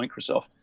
Microsoft